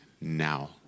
now